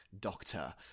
doctor